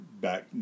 back